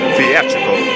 Theatrical